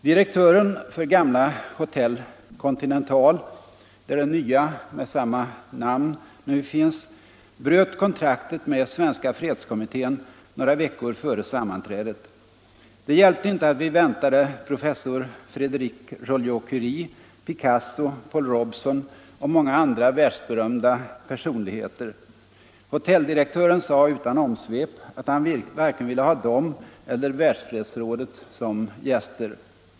Direktören för gamla Hotell Con = Nr 40 tinental, där det nya med samma namn nu finns, bröt kontraktet med Onsdagen den Svenska Fredskommittén några veckor före sammanträdet. Det hjälpte 19 mars 1975 inte att vi väntade professor Frédéric Joliot-Curie, Picasso, Paul Robesson = och många andra världsberömda personligheter. Hotelldirektören sade = Utrikes-, handelsutan omsvep att han varken ville ha dem eller Världsfredsrådet som och valutapolitisk gäster.